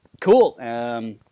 cool